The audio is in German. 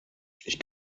ich